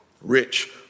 Rich